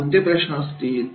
कोणते प्रश्न असतील